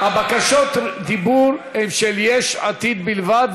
בקשות הדיבור הן של יש עתיד בלבד,